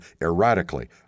erratically